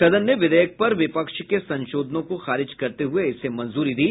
सदन ने विधेयक पर विपक्ष के संशोधनों को खारिज करते हुए इसे मंजूरी दी